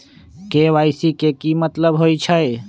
KYC के कि मतलब होइछइ?